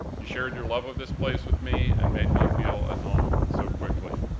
you shared your love of this place with me and made me feel at home so quickly.